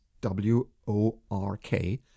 w-o-r-k